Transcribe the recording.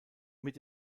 mit